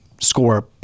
score